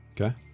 Okay